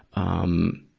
um,